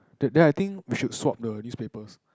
then I think we should swap the newspapers